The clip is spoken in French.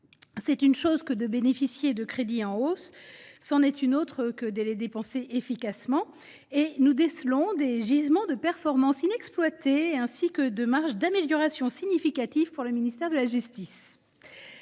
C’est une chose que de bénéficier de crédits en hausse ; c’en est une autre que de les dépenser efficacement. Ainsi, nous décelons des gisements de performance inexploités, ainsi que des marges d’amélioration significatives pour le ministère de la justice.